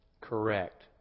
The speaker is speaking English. Correct